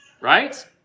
right